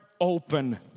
open